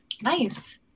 Nice